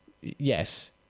Yes